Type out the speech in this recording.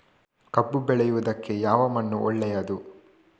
ಕಬ್ಬು ಬೆಳೆಯುವುದಕ್ಕೆ ಯಾವ ಮಣ್ಣು ಒಳ್ಳೆಯದು?